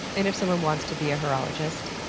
and if someone wants to be a horologist?